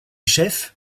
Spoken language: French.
chefs